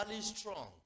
strong